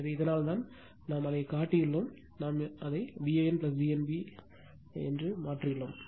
எனவே இதனால்தான் இங்கே நாம் அதைக் காட்டியுள்ளோம் இங்கே நாம் அதை Van V n b ஆக்கியுள்ளோம்